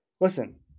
listen